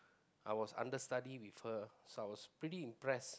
I was understudy with her so I was pretty impressed